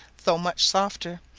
though much softer,